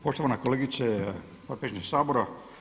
Poštovana kolegice, potpredsjedniče Sabora.